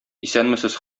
исәнмесез